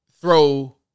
throw